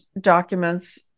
documents